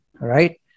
Right